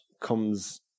comes